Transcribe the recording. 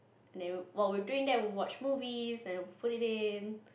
no while we are doing that we watch movie and put it in